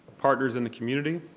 partners and the community